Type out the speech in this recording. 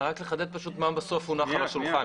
רק לחדד מה בסוף מונח על השולחן.